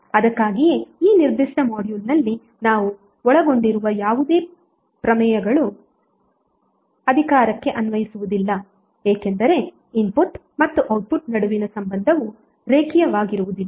ಅದಕ್ಕಾಗಿಯೇ ಈ ನಿರ್ದಿಷ್ಟ ಮಾಡ್ಯೂಲ್ನಲ್ಲಿ ನಾವು ಒಳಗೊಂಡಿರುವ ಯಾವುದೇ ಪ್ರಮೇಯಗಳು ಅಧಿಕಾರಕ್ಕೆ ಅನ್ವಯಿಸುವುದಿಲ್ಲ ಏಕೆಂದರೆ ಇನ್ಪುಟ್ ಮತ್ತು ಔಟ್ಪುಟ್ ನಡುವಿನ ಸಂಬಂಧವು ರೇಖೀಯವಾಗಿರುವುದಿಲ್ಲ